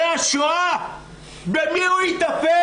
צחי, אתה נציג משרד מבקר המדינה.